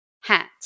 hat